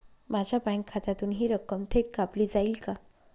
माझ्या बँक खात्यातून हि रक्कम थेट कापली जाईल का?